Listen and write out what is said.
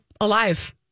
alive